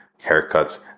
haircuts